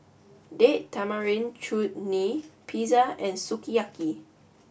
date Tamarind Chutney Pizza and Sukiyaki